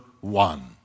one